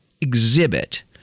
exhibit